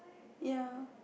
ya